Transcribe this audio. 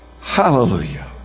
Hallelujah